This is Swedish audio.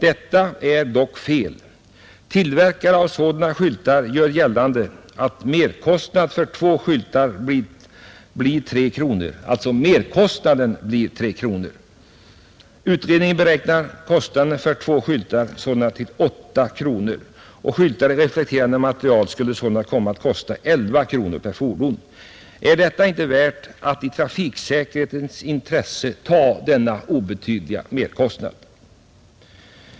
Detta är dock fel. Tillverkare av sådana skyltar gör gällande att merkostnaden för två skyltar blir tre kronor. Utredningen beräknar kostnaden för två vanliga skyltar till åtta kronor. Skyltar i reflekterande material skulle sålunda komma att kosta elva kronor per fordon. Är det inte värt att i trafiksäkerhetens intresse ta denna obetydliga merkostnad?